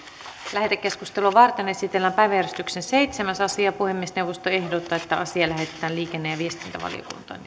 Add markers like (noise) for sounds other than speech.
lähetekeskustelua varten esitellään päiväjärjestyksen seitsemäs asia puhemiesneuvosto ehdottaa että asia lähetetään liikenne ja viestintävaliokuntaan (unintelligible)